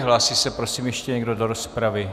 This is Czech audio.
Hlásí se, prosím, ještě někdo do rozpravy?